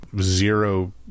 zero